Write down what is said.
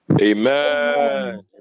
Amen